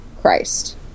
christ